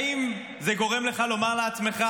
האם זה גורם לך לומר לעצמך: